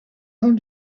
own